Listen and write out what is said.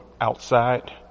outside